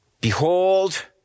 Behold